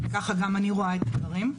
וככה גם אני רואה את הדברים,